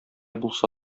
булса